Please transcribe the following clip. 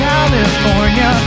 California